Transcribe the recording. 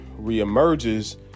reemerges